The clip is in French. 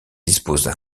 disposent